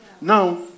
Now